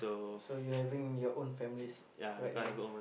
so you having your own families right now